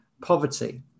Poverty